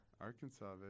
Arkansas